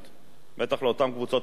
בטח לאותן קבוצות אוכלוסייה.